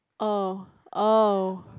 oh oh